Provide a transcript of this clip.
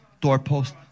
doorpost